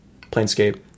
Planescape